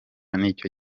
nicyo